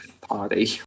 party